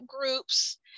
groups